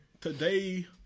today